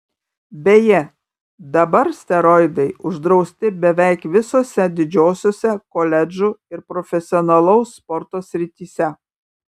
beje dabar steroidai uždrausti beveik visose didžiosiose koledžų ir profesionalaus sporto srityse